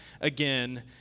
again